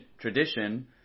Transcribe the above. tradition